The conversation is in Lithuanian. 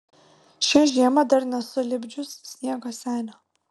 šią žiemą dar nesu lipdžius sniego senio